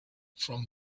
from